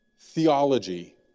theology